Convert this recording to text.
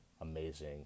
amazing